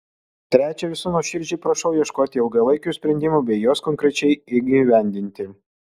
trečia visų nuoširdžiai prašau ieškoti ilgalaikių sprendimų bei juos konkrečiai įgyvendinti